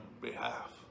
behalf